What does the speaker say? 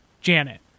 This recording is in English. Janet